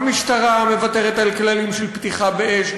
המשטרה מוותרת על כללים של פתיחה באש,